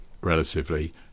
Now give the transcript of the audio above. relatively